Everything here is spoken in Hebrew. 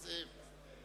נא